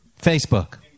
Facebook